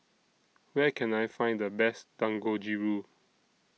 Where Can I Find The Best Dangojiru